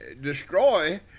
Destroy